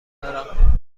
دارم